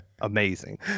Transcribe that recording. amazing